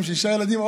ועם שישה ילדים,